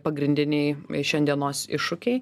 pagrindiniai šiandienos iššūkiai